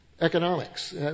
economics